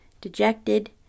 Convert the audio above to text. dejected